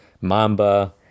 Mamba